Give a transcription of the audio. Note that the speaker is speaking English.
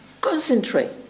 concentrate